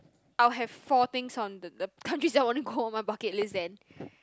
I will have four things on the the countries that I want to go my bucket list then